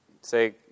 say